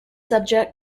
subject